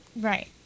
Right